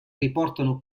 riportano